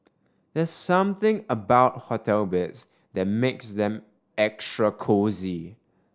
there's something about hotel beds that makes them extra cosy